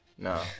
No